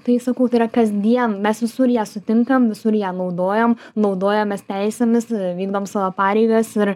tai sakau tai yra kasdien mes visur ją sutinkam visur ją naudojam naudojamės teisėmis vykdom savo pareigas ir